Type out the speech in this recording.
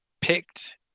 picked